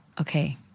okay